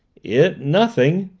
it nothing,